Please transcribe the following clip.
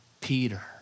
Peter